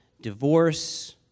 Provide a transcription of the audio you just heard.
divorce